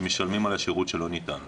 שמשלמים על השירות שלא ניתן להם,